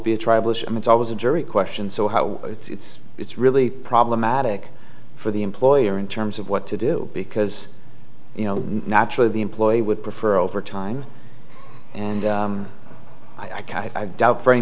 be a tribal issue and it's always a jury question so how it's it's really problematic for the employer in terms of what to do because you know naturally the employee would prefer over time and i doubt very